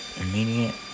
immediate